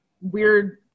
weird